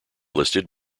listed